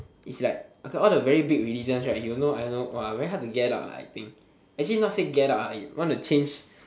it's like okay all the very big religions right you know I know !wah! very hard to get out ah I think actually not say get out ah want to change